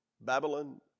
Babylon